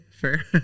fair